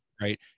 right